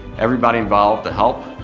everybody involved to help,